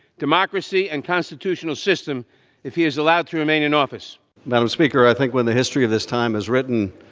democracy and constitutional system if he is allowed to remain in office madam speaker, i think when the history of this time is written,